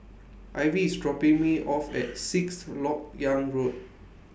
Ivy IS dropping Me off At Sixth Lok Yang Road